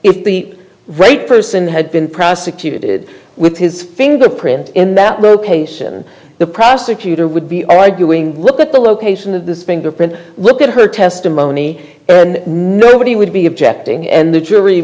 if the right person had been prosecuted with his fingerprint in that location the prosecutor would be arguing look at the location of this fingerprint look at her testimony and nobody would be objecting and the jury